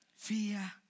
Fear